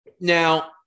Now